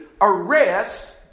arrest